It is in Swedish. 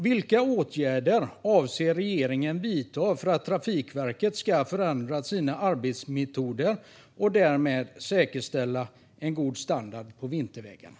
Vilka åtgärder avser regeringen att vidta för att Trafikverket ska förändra sina arbetsmetoder och därmed säkerställa en god standard på vintervägarna?